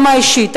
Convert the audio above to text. ברמה האישית,